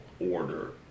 order